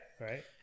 Right